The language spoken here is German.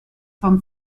vom